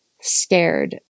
scared